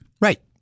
Right